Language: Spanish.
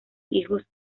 hijos